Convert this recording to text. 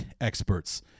experts